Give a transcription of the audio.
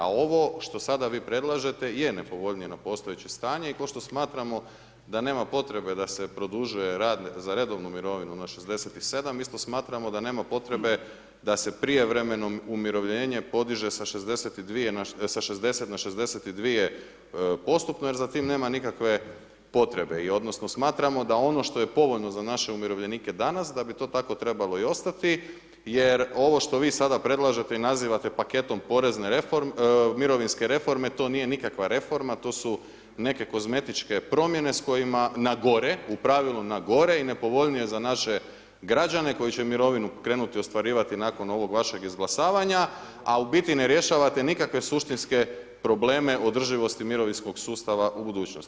A ovo što sada vi predlažete je nepovoljnije na postojeće stanje i ko što smatramo da nema potrebe da se produžuje rad za redovnu mirovinu na 67 isto smatramo da nema potrebe da se prijevremeno umirovljenje podiže sa 62, sa 60 na 62 postupno jer za tim nema nikakve potrebe i odnosno smatramo da ono što je povoljno za naše umirovljenike danas da bi to tako trebalo i ostati jer ovo što vi sada predlažete i nazivate paketom porezne reforme, mirovinske reforme to nije nikakva reforma to su neke kozmetičke promjene s kojima, na gore, u pravilu na gore i nepovoljnije za naše građane, koji će mirovinu krenuti ostvarivati nakon ovog vašeg izglasavanja, a u biti ne rješavate nikakve suštinske probleme održivosti mirovinskog sustava u budućnosti.